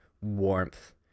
warmth